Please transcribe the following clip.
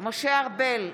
משה ארבל,